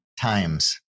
times